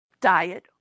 diet